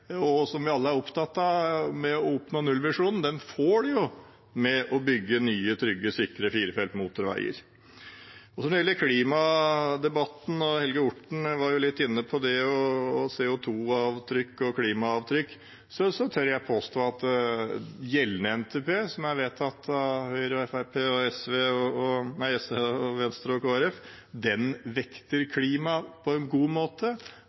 og som vi alle er opptatt av, å oppnå nullvisjonen. Den får vi ved å bygge nye, trygge og sikre firefelts motorveier. Så til klimadebatten – Helge Orten var litt inne på det – og CO2-avtrykk og klimaavtrykk: Jeg tør påstå at gjeldende NTP, som er vedtatt av Høyre, Fremskrittspartiet, Venstre og Kristelig Folkeparti, vekter klima på en god måte. Jeg vil anta at også den kommende NTP-en kommer til å vekte klima på en god måte.